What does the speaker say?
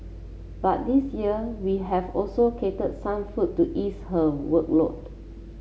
but this year we have also catered some food to ease her workload